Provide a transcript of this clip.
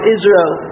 Israel